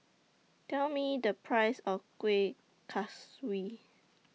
Tell Me The Price of Kueh Kaswi